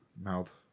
mouth